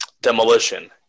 demolition